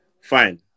Fine